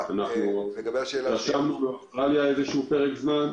אנחנו התרשמנו מאוסטרליה לאיזשהו פרק זמן,